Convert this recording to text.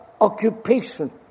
occupation